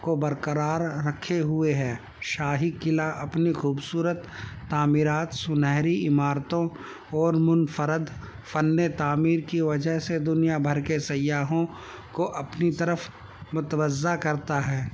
کو برقرار رکھے ہوئے ہے شاہی قلعہ اپنی خوبصورت تعمیرات سنہری عمارتوں اور منفرد فن تعمیر کی وجہ سے دنیا بھر کے سیاحوں کو اپنی طرف متوجہ کرتا ہے